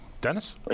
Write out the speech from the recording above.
Dennis